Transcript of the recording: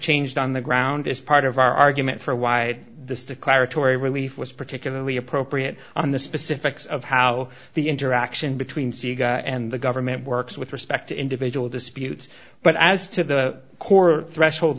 changed on the ground is part of our argument for why the declaratory relief was particularly appropriate on the specifics of how the interaction between sega and the government works with respect to individual disputes but as to the core threshold